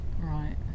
Right